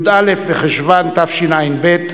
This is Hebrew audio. י"א בחשוון התשע"ב,